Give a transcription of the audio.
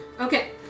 Okay